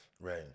Right